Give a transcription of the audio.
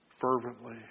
fervently